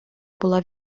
була